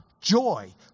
joy